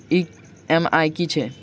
EMI की छैक?